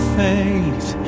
faith